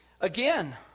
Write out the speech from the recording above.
Again